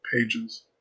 pages